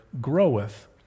groweth